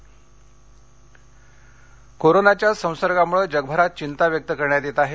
corona जग कोरोनाच्या संसर्गामुळे जगभरात चिंता व्यक्त करण्यात येत आहे